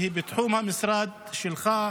שהיא בתחום המשרד שלך.